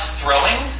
throwing